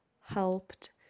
helped